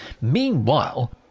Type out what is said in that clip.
meanwhile